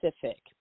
Pacific